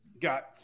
got